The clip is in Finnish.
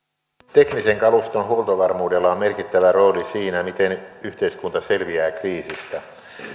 teknisen kaluston huoltovarmuudella on merkittävä rooli siinä miten yhteiskunta selviää kriisistä